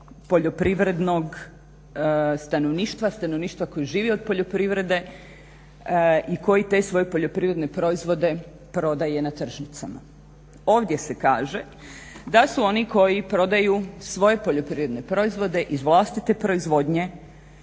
poljoprivrednog stanovništva, stanovništva koji živi od poljoprivrede i koji te svoje poljoprivredne proizvode prodaje na tržnicama. Ovdje se kaže da su oni koji prodaju svoje poljoprivredne proizvode iz vlastite proizvodnje